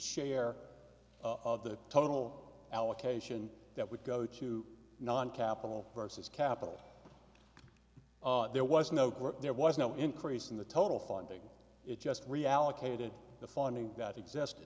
share of the total allocation that would go to non capital versus capital there was no there was no increase in the total funding it just reallocated the funding that exist